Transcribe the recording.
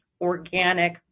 Organic